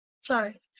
Sorry